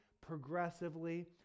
progressively